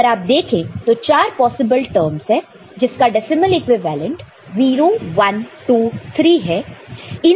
अगर आप देखें तो चार पॉसिबल टर्म्स हैं जिसका डेसिमल इक्विवेलेंट 0123 है